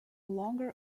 longer